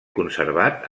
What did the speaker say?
conservat